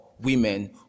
women